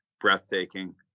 breathtaking